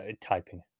typing